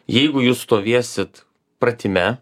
jeigu jūs stovėsit pratime